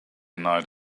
night